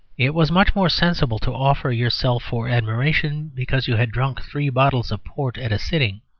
it was much more sensible to offer yourself for admiration because you had drunk three bottles of port at a sitting,